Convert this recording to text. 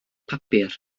papur